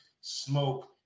Smoke